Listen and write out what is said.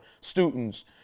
students